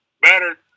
better